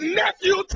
nephew